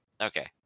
Okay